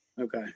Okay